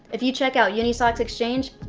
if you check out unisocks exchange,